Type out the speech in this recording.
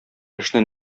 эшне